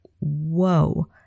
whoa